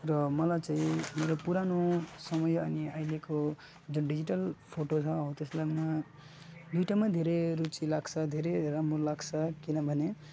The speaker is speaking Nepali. र मलाई चाहिँ मेरो पुरानो समय अनि अहिलेको जुन डिजिटल फोटो छ हौ त्यसलाई म दुईटामै धेरै रुची लाग्छ धेरै राम्रो लाग्छ किनभने